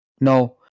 No